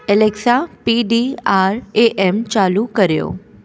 Alexa P D R A M चालू करियो